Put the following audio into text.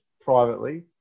privately